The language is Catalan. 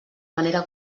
manera